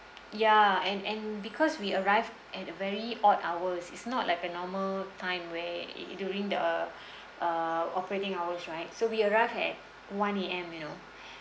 ya and and because we arrived at a very odd hours it's not like a normal time where it during the uh operating hours right so we arrived at one A_M you know